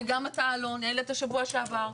וגם אתה אלון, העלית שבוע שעבר.